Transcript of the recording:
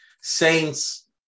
Saints